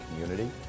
community